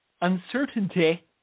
uncertainty